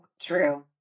true